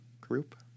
group